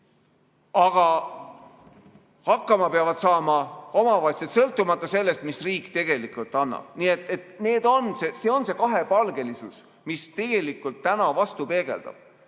Aga hakkama peavad saama omavalitsused sõltumata sellest, mida riik tegelikult annab. Nii et see on see kahepalgelisus, mis täna vastu peegeldub